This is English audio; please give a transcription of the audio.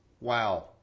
Wow